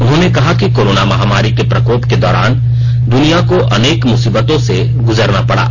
उन्होंने कहा कि कोरोना महामारी के प्रकोप के दौरान दुनिया को अनेक मुसीबतों से गुजरना पड़ा